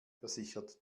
versichert